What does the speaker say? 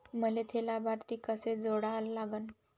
मले थे लाभार्थी कसे जोडा लागन?